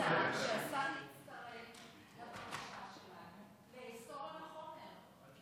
יש לי הצעה: שהשר יצטרף לבקשה שלנו לאסור את החומר.